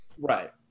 Right